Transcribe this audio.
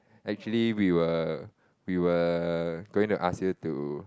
actually we were we were going to ask you to